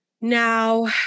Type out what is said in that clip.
now